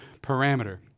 parameter